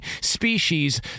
species